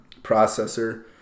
processor